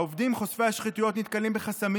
העובדים חושפי השחיתויות נתקלים בחסמים